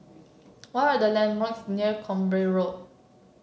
what are the landmarks near Camborne Road